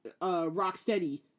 Rocksteady